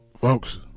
folks